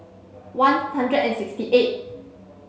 one hundred and sixty eight